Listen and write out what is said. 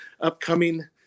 upcoming